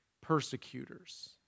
persecutors